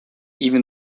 even